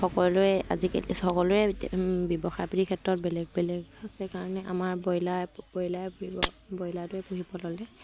সকলোৱে আজিকালি সকলোৰে ব্যৱসায় পাতিৰ ক্ষেত্ৰত বেলেগ বেলেগ আছে কাৰণে আমাৰ ব্ৰইলাৰ ব্ৰইলাৰ ব্ৰইলাৰটোৱে পুহিব ল'লে